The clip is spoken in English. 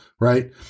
Right